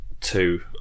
two